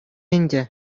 ӗнтӗ